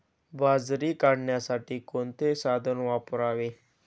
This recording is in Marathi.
बाजरी काढण्यासाठी कोणते साधन वापरावे?